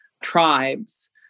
tribes